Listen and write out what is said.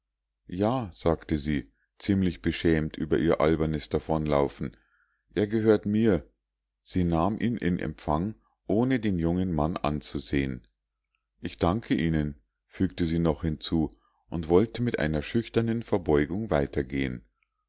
ja sagte sie ziemlich beschämt über ihr albernes davonlaufen er gehört mir sie nahm ihn in empfang ohne den jungen mann anzusehen ich danke ihnen fügte sie noch hinzu und wollte mit einer schüchternen verbeugung weitergehen